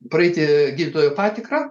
praeiti gydytojų patikrą